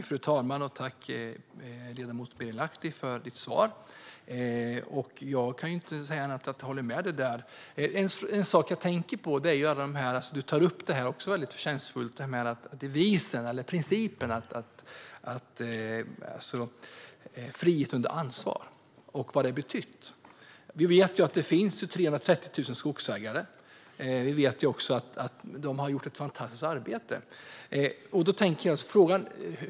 Fru talman! Tack, ledamot Birger Lahti, för ditt svar! Jag kan inte säga annat än att jag håller med dig. Du tar väldigt förtjänstfullt upp principen om frihet under ansvar och vad den har betytt. Vi vet att det finns 330 000 skogsägare. Vi vet att de har gjort ett fantastiskt arbete.